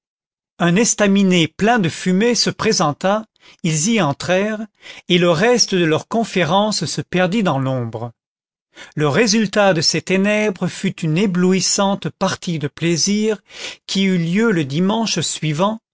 un estaminet plein de fumée se présenta ils y entrèrent et le reste de leur conférence se perdit dans l'ombre le résultat de ces ténèbres fut une éblouissante partie de plaisir qui eut lieu le dimanche suivant